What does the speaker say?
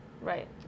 Right